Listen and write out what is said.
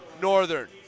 Northern